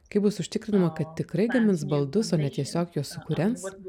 kaip bus užtikrinama kad tikrai gamins baldus o ne tiesiog juos sukūrens